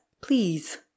please